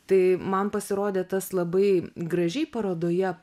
tai man pasirodė tas labai gražiai parodoje